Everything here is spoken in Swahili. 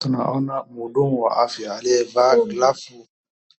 Tunaona mhudumu wa fya liyevaa